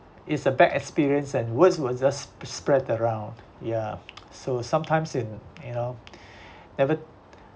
is a bad experience and words will just sp~ spread around ya so sometimes in you know advert~